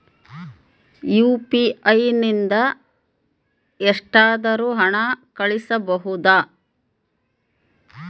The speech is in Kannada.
ಯು.ಪಿ.ಐ ನಿಂದ ಎಷ್ಟಾದರೂ ಹಣ ಕಳಿಸಬಹುದಾ?